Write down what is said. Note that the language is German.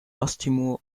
osttimor